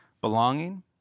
belonging